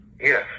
Yes